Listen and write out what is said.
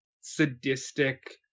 sadistic